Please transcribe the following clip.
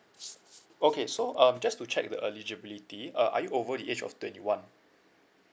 okay so um just to check the eligibility uh are you over the age of twenty one